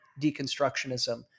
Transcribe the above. deconstructionism